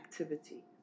activity